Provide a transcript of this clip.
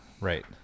Right